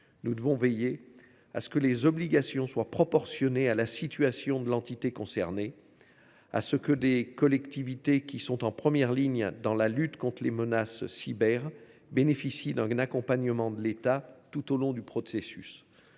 Nous devons veiller à ce que les obligations adoptées soient proportionnées à la situation de l’entité concernée, et à ce que les collectivités, qui sont en première ligne dans la lutte contre les menaces cyber, bénéficient d’un accompagnement de l’État tout au long du processus.